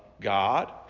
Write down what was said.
God